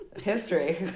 History